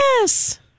Yes